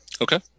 Okay